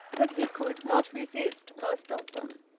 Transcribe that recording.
that he could not resist most of them.